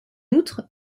outre